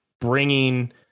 bringing